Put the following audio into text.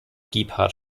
gebhardt